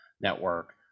network